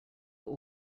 all